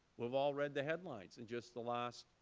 we have all read the headlines in just the last